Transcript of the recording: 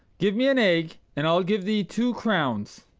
give me an egg, and i'll give thee two crowns.